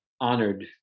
honored